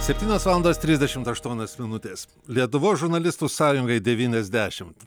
septynios valandos trisdešimt aštuonios minutės lietuvos žurnalistų sąjungai devyniasdešimt